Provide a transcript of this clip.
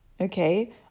Okay